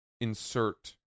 insert